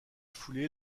foulée